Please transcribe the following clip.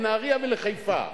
לנהרייה ולחיפה.